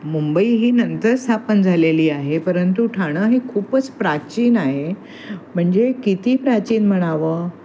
मुंबई ही नंतर स्थापन झालेली आहे परंतु ठाणं हे खूपच प्राचीन आहे म्हणजे किती प्राचीन म्हणावं